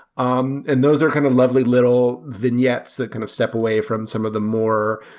um and those are kind of lovely little vignettes that kind of step away from some of the more